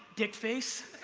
dick face.